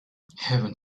heaven